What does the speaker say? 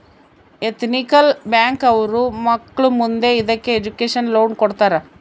ethical bank ಅವ್ರು ಮಕ್ಳು ಮುಂದೆ ಇದಕ್ಕೆ ಎಜುಕೇಷನ್ ಲೋನ್ ಕೊಡ್ತಾರ